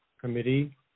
Committee